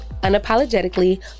unapologetically